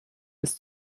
ist